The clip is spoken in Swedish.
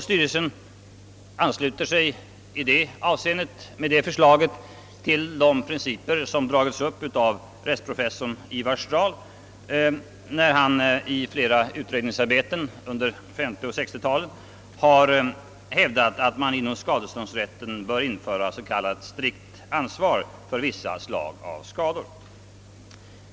Styrelsen ansluter sig i detta avseende till de principer som dragits upp av rättsprofessorn Ivar Strahl när han i flera utredningsarbeten under 1950 och 1960 talen har hävdat att man inom skadeståndsrätten bör införa s.k. strikt ansvar för vissa slag av skador.